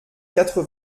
quatre